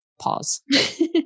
pause